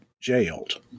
jailed